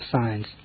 signs